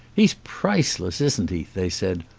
he's priceless, isn't he? they said.